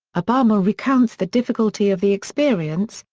obama recounts the difficulty of the experience,